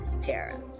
Tara